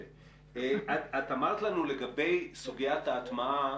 אמרת לנו לגבי סוגיית ההטמעה,